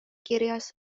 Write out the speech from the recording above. kirjas